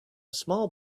small